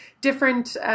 different